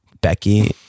Becky